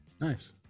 nice